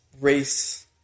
race